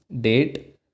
date